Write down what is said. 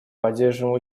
поддерживаем